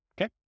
okay